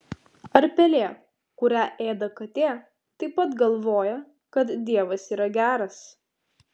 ar pelė kurią ėda katė taip pat galvoja kad dievas yra geras